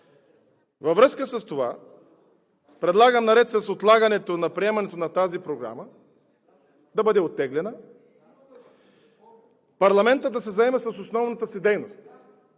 Във връзка с това предлагам, наред с отлагането на приемането на Програмата, тя да бъде оттеглена, парламентът да се заеме с основната си дейност